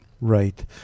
Right